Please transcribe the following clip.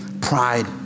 pride